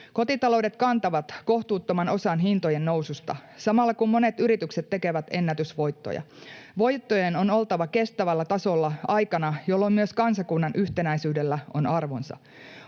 Kotitaloudet kantavat kohtuuttoman osan hintojen noususta samalla, kun monet yritykset tekevät ennätysvoittoja. Voittojen on oltava kestävällä tasolla aikana, jolloin myös kansakunnan yhtenäisyydellä on arvonsa.